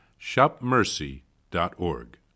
shopmercy.org